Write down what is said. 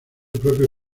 propio